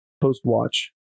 post-watch